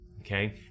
okay